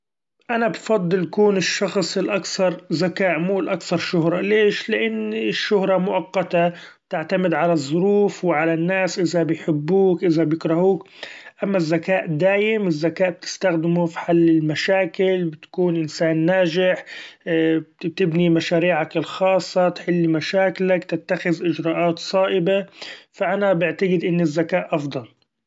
أنا بفضل كون الشخص الاكثر ذكاءا مو الاكثر شهرة ليش؟ لأن الشهرة مؤقته تعتمد على الظروف وعلى الناس إذا بيحبوك إذا بيكرهوك، أما الذكاء دأيم الذكاء بتستخدمه في حل المشاكل بتكون إنسإن ناچح بتبني مشاريعك الخاصة تحل مشاكلك تتخذ اچرائات صائبة ، ف أنا بعتقد إن الذكاء افضل.